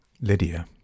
Lydia